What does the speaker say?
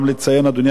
אדוני היושב-ראש,